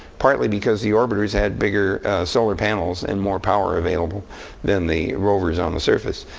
partly because the orbiters had bigger solar panels and more power available than the rovers on the surface.